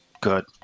good